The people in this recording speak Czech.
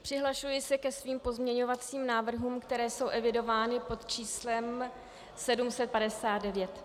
Přihlašuji se ke svým pozměňovacím návrhům, které jsou evidovány pod číslem 759.